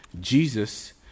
jesus